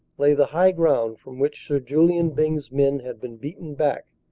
lay the high ground from which sir julian byng's men had been beaten back.